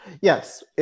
Yes